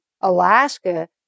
Alaska